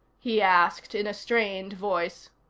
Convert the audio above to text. he asked in a strained voice.